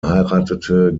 heiratete